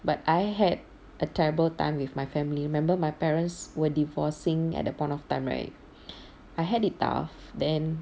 but I had a terrible time with my family remember my parents were divorcing at that point of time right I had it tough then